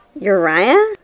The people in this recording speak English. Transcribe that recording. Uriah